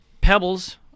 pebbles